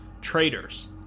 traitors